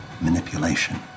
manipulation